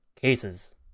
cases